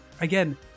again